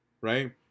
right